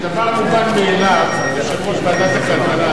זה דבר מובן מאליו שיושב-ראש ועדת הכלכלה,